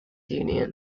union